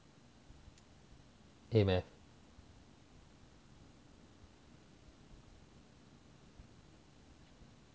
A math